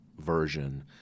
version